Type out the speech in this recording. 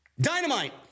Dynamite